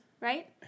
right